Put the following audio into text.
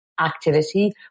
activity